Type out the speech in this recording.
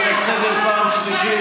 חברות וחברי הכנסת,